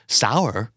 sour